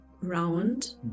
round